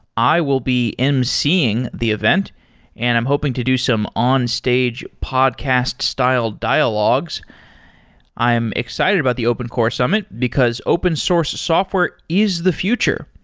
i will be emceeing the event and i'm hoping to do some onstage podcast-styled dialogues i am excited about the open core summit, because open source software is the future.